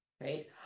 Right